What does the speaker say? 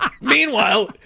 Meanwhile